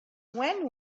when